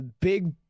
Big